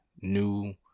new